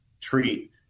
treat